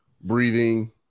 breathing